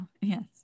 Yes